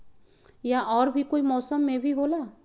या और भी कोई मौसम मे भी होला?